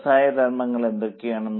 വ്യവസായ ധർമ്മങ്ങൾ എന്തൊക്കെയാണ്